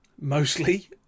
mostly